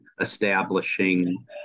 establishing